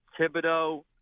Thibodeau